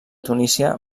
tunísia